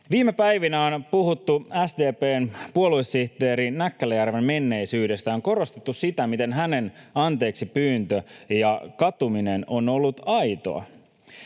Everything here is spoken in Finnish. Viime päivinä on puhuttu SDP:n puoluesihteeri Näkkäläjärven menneisyydestä ja on korostettu sitä, miten hänen anteeksipyyntönsä ja katumisensa on ollut aitoa,